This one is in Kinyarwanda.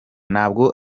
ntabwo